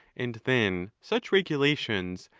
and then such regulations,